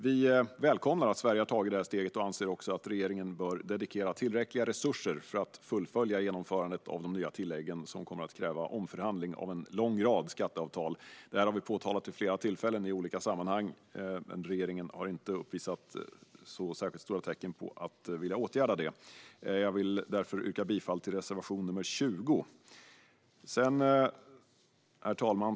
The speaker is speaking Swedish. Vi välkomnar att Sverige har tagit detta steg och anser också att regeringen bör dedikera tillräckliga resurser för att fullfölja genomförandet av de nya tilläggen, som kommer att kräva omförhandling av en lång rad skatteavtal. Detta har vi påtalat vid flera tillfällen och i olika sammanhang, men regeringen har inte visat särskilt stora tecken på att vilja åtgärda det. Jag vill därför yrka bifall till reservation nr 20. Herr talman!